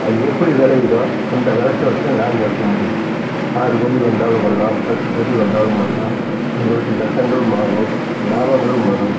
அது எப்படி விளையுதோ அந்த விளச்சலதான் நாங்க எடுக்க முடியும் ஆறு படி வந்தாலும் வரலாம் பத்து படி வந்தாலும் வரலாம் எங்களுக்கு நட்டங்களுமாகவும் லாபங்களும் வரும்